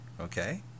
okay